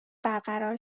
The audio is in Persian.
برقرار